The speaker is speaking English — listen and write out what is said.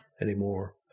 anymore